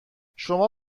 شما